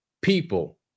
people